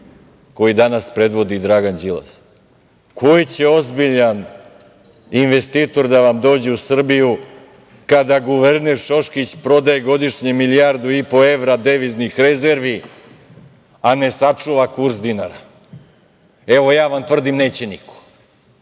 koji danas predvodi Dragan Đilas. Koji će ozbiljan investitor da vam dođe u Srbiju kada guverner Šoškić prodaje godišnje milijardu i po evra deviznih rezervi, a ne sačuva kurs dinara? Evo, ja vam tvrdim – neće niko.